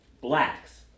blacks